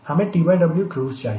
हमें TW cruise चाहिए